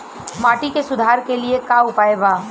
माटी के सुधार के लिए का उपाय बा?